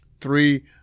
Three